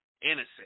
innocent